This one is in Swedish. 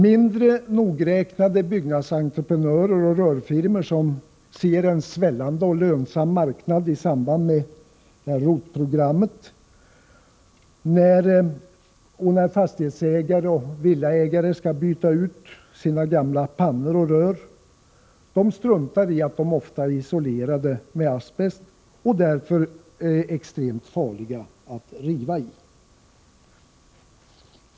Mindre nogräknade byggnadsentreprenörer och rörfirmor ser en svällande och lönsam marknad i samband med ROT-programmet. Fastighetsägare och villaägare som skall byta ut gamla pannor och rör struntar i att de är isolerade med asbest och därför extremt farliga att riva i.